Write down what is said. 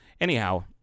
anyhow